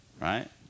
right